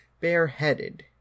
bareheaded